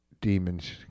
demons